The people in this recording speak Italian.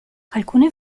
alcune